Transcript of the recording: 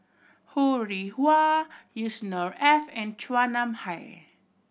Ho Rih Hwa Yusnor Ef and Chua Nam Hai